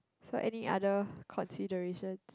so any other considerations